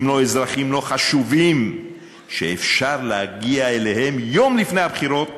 אם לא אזרחים לא חשובים שאפשר להגיע אליהם יום לפני הבחירות